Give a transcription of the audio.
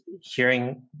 hearing